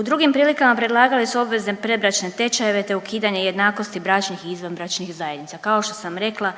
U drugim prilikama predlagali su obvezne predbračne tečajeve, te ukidanje jednakosti bračnih i izvanbračnih zajednica. Kao što sam rekla